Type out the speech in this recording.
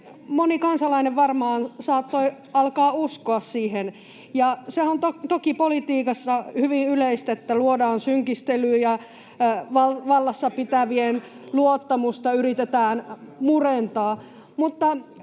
moni kansalainen varmaan saattoi alkaa uskoa siihen. Se on toki politiikassa hyvin yleistä, että luodaan synkistelyjä, valtaa pitävien luottamusta yritetään murentaa,